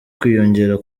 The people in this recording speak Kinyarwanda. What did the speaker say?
kwiyongera